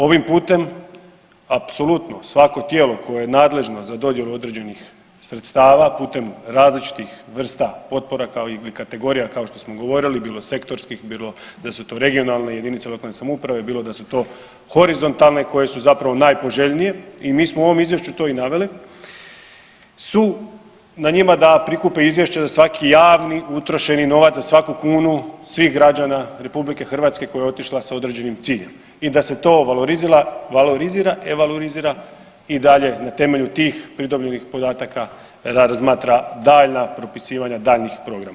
Ovim putem apsolutno svako tijelo koje je nadležno za dodjelu određenih sredstava putem različitih vrsta potpora, kao ili kategorija kao što smo govorili bilo sektorskih, bilo da su to regionalne ili JLS, bilo da su to horizontalne koje su zapravo najpoželjnije i mi smo u ovom izvješću to i naveli su na njima da prikupe izvješće za svaki javni utrošeni novac, za svaku kunu svih građana RH koja je otišla s određenim ciljem i da se to valorizira, evalorizira i dalje na temelju tih pridobivenih podataka razmatra daljnja propisivanja daljnjih programa.